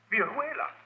Viruela